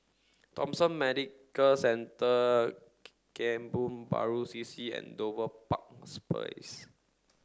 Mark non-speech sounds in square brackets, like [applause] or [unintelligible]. Thomson Medical Centre Kebun Baru C C and Dover [unintelligible]